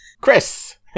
Chris